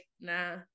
nah